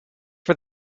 for